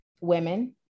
women